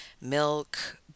milk